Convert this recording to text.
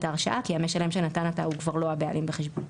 ההרשאה כי המשלם שנתן אותה הוא כבר לא הבעלים בחשבון.